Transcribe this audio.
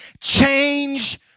change